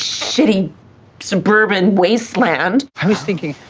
shitty suburban wasteland i was thinking,